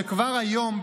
שכבר היום,